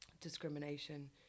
discrimination